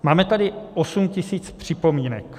Máme tady 8 tisíc připomínek.